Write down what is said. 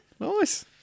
Nice